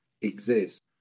exist